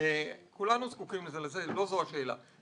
כולנו זקוקים זה לזה, לא זו השאלה.